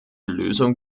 lösung